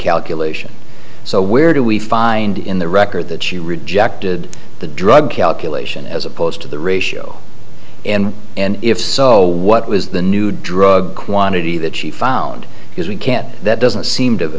calculation so where do we find in the record that she rejected the drug calculation as opposed to the ratio and and if so what was the new drug quantity that she followed because we can't that doesn't seem to